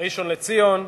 ראשון-לציון,